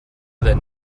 that